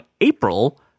April